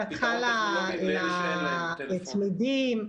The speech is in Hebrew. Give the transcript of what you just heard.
על הצמידים,